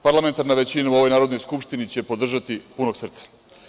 Parlamentarna većina u ovoj Narodnoj skupštini će podržati punog srca.